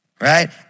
right